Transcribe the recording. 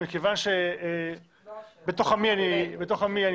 מכיוון שבתוך עמי אני יושב,